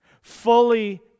Fully